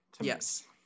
yes